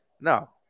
no